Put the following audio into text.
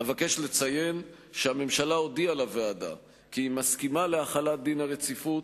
אבקש לציין שהממשלה הודיעה לוועדה כי היא מסכימה להחלת דין הרציפות,